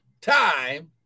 Time